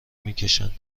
میکشن